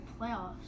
playoffs